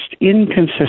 inconsistent